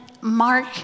Mark